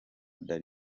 dar